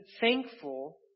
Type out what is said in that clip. thankful